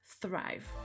thrive